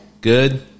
Good